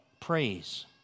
praise